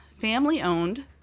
family-owned